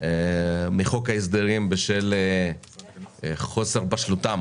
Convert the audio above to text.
מחוק ההסדרים בשל חוסר בשלותם